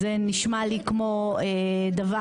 למיטב ידיעתי והבנתי היא הייתה מהתחלה ועד הסוף,